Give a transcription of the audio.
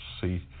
See